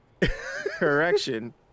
Correction